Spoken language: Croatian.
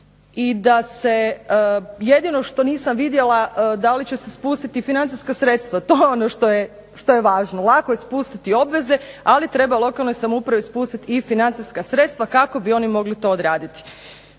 i da se jedino što nisam vidjela da li će se spustiti i financijska sredstva. To je ono što je važno. Lako je spustiti obveze ali treba lokalnoj samoupravi spustiti i financijska sredstva kako bi to oni mogli odraditi.